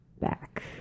back